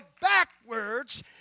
backwards